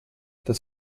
das